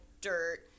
dirt